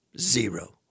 Zero